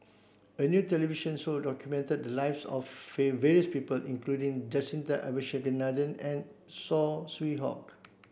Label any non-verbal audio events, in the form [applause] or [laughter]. a new television show documented the lives of [unintelligible] various people including Jacintha Abisheganaden and Saw Swee Hock